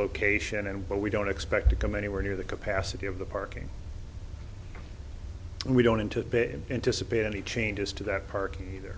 location and but we don't expect to come anywhere near the capacity of the parking we don't into a bit anticipate any changes to that park or